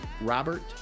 Robert